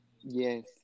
Yes